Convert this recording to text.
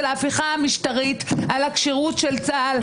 יבין מה ההשלכות של ההפיכה המשטרית על הכשירות של צה"ל,